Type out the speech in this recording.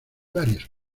varias